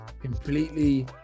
completely